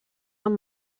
van